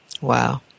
Wow